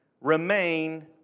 remain